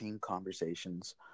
conversations